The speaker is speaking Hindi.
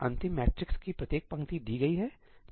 अंतिम मैट्रिक्स की प्रत्येक पंक्ति दी गई है